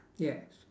yes